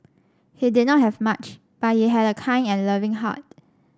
he did not have much but he had a kind and loving heart